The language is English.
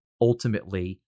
ultimately